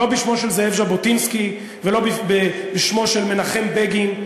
לא בשמו של זאב ז'בוטינסקי ולא בשמו של מנחם בגין,